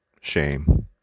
shame